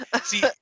See